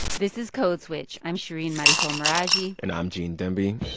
this is code switch. i'm shereen marisol meraji and i'm gene demby